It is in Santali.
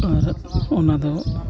ᱟᱨ ᱚᱱᱟᱫᱚ